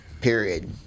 Period